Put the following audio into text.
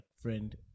friend